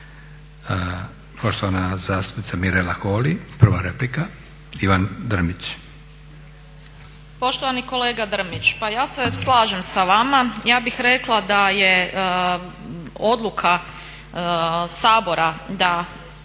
Poštovani kolega Drmić, pa ja se slažem sa vama. Ja bih rekla da je odluka Sabora da